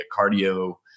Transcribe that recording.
cardio